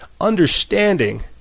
understanding